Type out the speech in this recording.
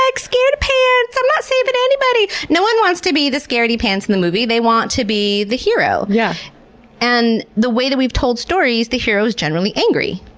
like scaredy-pants. i'm not saving anybody. no one wants to be the scaredy-pants in the movie. they want to be the hero, yeah and the way that we've told stories, the hero is generally angry.